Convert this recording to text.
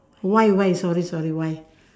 Y Y sorry sorry Y